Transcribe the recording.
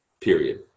period